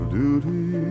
duty